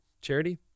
Charity